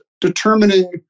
determining